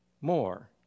more